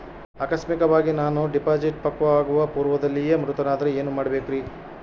ಆಕಸ್ಮಿಕವಾಗಿ ನಾನು ಡಿಪಾಸಿಟ್ ಪಕ್ವವಾಗುವ ಪೂರ್ವದಲ್ಲಿಯೇ ಮೃತನಾದರೆ ಏನು ಮಾಡಬೇಕ್ರಿ?